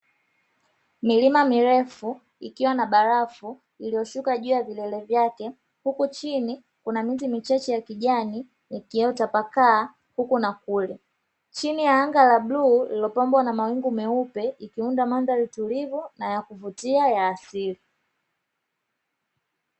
Milima mirefu ikiwa na barafu iliyoshika juu ya vilele vyake, huku chini kuna miti michache ya kijani, iliyo tapakaa huku na kule. Chini ya anga la bluu liliopambwa na mawingu meupe ikiunda mandhari tulivu na ya kuvutia ya asili.